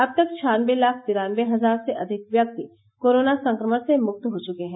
अब तक छानबे लाख तिरानबे हजार से अधिक व्यक्ति कोरोना संक्रमण से मुक्त हो चुके हैं